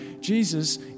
Jesus